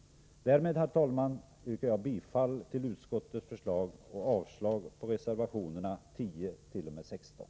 Därmed, herr talman, yrkar jag bifall till utskottets förslag och avslag på reservationerna 10-16.